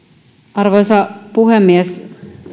arvoisa puhemies